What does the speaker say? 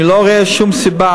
אני לא רואה שום סיבה,